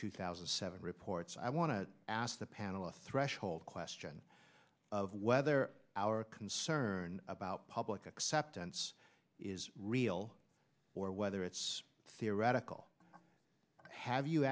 two thousand and seven reports i want to ask the panel a threshold question of whether our concern about public acceptance is real or whether it's theoretical have you